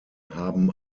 haben